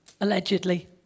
allegedly